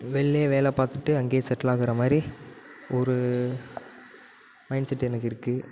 வெளிலயே வேலை பார்த்துட்டு அங்கயே செட்டில் ஆகுற மாதிரி ஒரு மைண்ட்செட் எனக்கு இருக்குது